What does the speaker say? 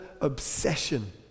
obsession